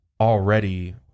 already